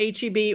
HEB